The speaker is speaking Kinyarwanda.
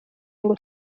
ngo